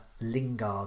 Lingard